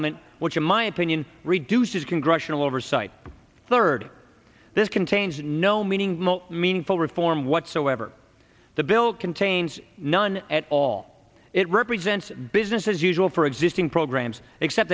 entitlement which in my opinion reduces congressional oversight third this contains no meaningful meaningful reform whatsoever the bill contains none at all it represents business as usual for existing programs except